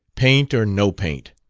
paint or no paint.